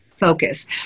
Focus